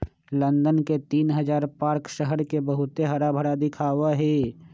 London के तीन हजार पार्क शहर के बहुत हराभरा दिखावा ही